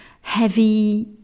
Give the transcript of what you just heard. heavy